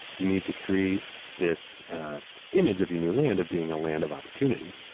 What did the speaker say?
you need to create this image of your new land of being a land of opportunity.